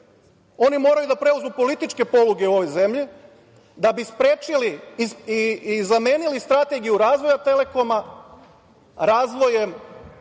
oni moraju da preuzmu političke poluge u ovoj zemlji da bi sprečili i zamenili strategiju razvoja „Telekoma“ razvojem